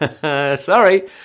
sorry